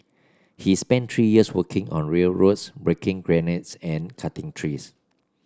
he spent three years working on railroads breaking granite and cutting trees